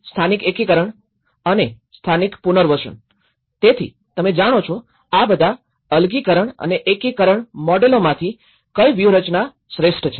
સ્થાનિક એકીકરણ અને સ્થાનિક પુનર્વસન તેથી તમે જાણો છો આ બધા અલગીકરણ અને એકીકરણ મોડેલોમાંથી કઈ વ્યૂહરચના શ્રેષ્ઠ છે